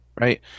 Right